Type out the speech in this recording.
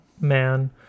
man